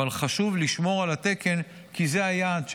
אבל חשוב לשמור על התקן, כי זה היעד שלנו,